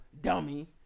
dummy